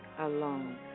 alone